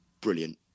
brilliant